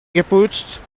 geputzt